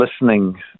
listening